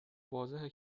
واضحه